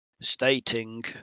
stating